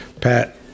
Pat